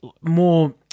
more